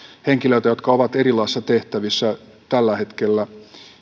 henkilöiltä jotka ovat erilaisissa tehtävissä tällä hetkellä